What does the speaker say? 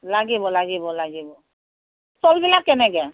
লাগিব লাগিব লাগিব চলবিলাক কেনেকৈ